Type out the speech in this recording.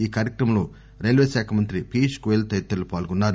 ఈ కార్యక్రమంలో రైల్వేశాఖ మంత్రి పీయూష్ గోయల్ తదితరులు పాల్గొన్నారు